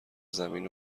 زمین